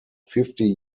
fifty